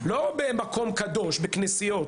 לא במקום קדוש או כנסיות,